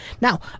Now